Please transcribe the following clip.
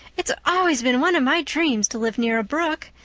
it's always been one of my dreams to live near a brook.